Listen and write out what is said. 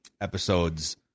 episodes